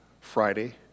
Friday